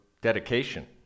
dedication